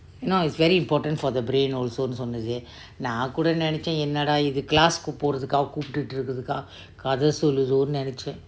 you know it's very important for the brain also னு சொன்னது நா கூட நெனச்சேன் என்னடா இது: nu sonnathu naa kuuda nenachen ennada ithu class போரதுக்காக கூபிட்டு இருக்குதானோனு நெனச்சேன்:ku porathukaga kupthutu irukkuthonu nencahen